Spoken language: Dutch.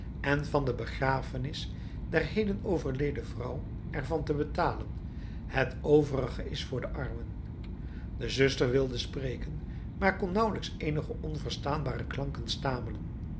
en van de begrafenis der heden overleden vrouw er van te betalen het overige is voor de armen de zuster wilde spreken maar kon nauwelijks eenige onverstaanbare klanken stamelen